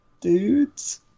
dudes